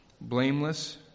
blameless